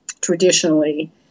traditionally